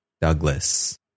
Douglas